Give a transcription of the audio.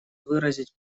выразить